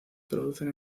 producen